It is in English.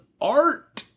art